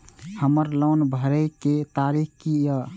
हमर लोन भरए के तारीख की ये?